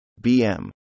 BM